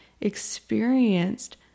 experienced